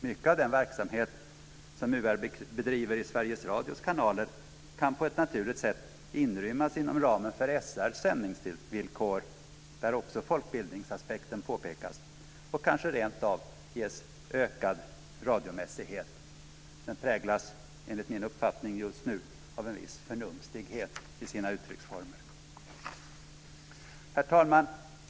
Mycket av den verksamhet som UR bedriver i Sveriges Radios kanaler kan på ett naturligt sätt inrymmas inom ramen för SR:s sändningsvillkor, där också folkbildningsaspekten påpekas, och kanske rentav ges ökad radiomässighet. Den präglas enligt min uppfattning just nu av en viss förnumstighet i sina uttrycksformer. Herr talman!